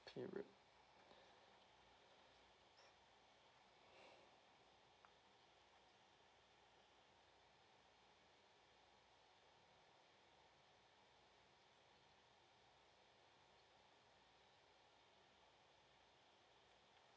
period